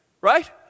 Right